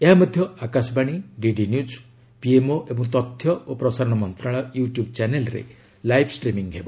ଏହା ମଧ୍ୟ Akashvani DD news PMO ଏବଂ ତଥ୍ୟ ଏବଂ ପ୍ରସାରଣ ମନ୍ତ୍ରଣାଳୟ ୟୁଟ୍ୟୁବ୍ ଚ୍ୟାନେଲ୍ରେ ଲାଇବ୍ ଷ୍ଟ୍ରିମିଂ ହେବ